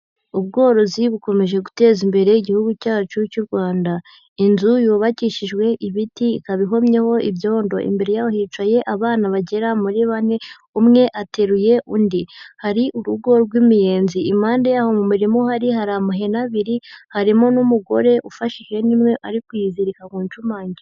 Ubworozi bukomeje guteza imbere igihugu cyacu cy'u Rwanda. Inzu yubakishijwe ibiti ikaba ihumyeho ibyondo, imbere yaho hicaye abana bagera muri bane, umwe ateruye undi. Hari urugo rw'imiyenzi, impande yaho mu murima uhari hari amahene abiri, harimo n'umugore ufashe ihene imwe, ari kwiyizirika ku ncumangiro.